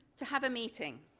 to have a meeting.